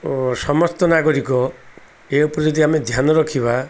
ଓ ସମସ୍ତ ନାଗରିକ ଏ ଉପରେ ଯଦି ଆମେ ଧ୍ୟାନ ରଖିବା